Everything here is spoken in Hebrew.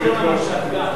המשט?